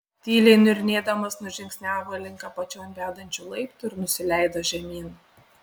tyliai niurnėdamas nužingsniavo link apačion vedančių laiptų ir nusileido žemyn